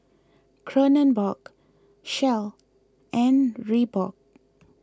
Kronenbourg Shell and Reebok